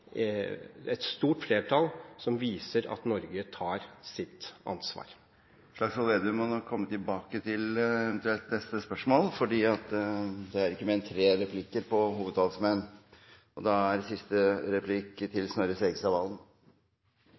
et stort flertall, som viser at Norge tar sitt ansvar. Representanten Slagsvold Vedum har bedt om en replikk til, men må komme tilbake med neste spørsmål senere, da det bare er tre replikker etter hovedtalerne. Da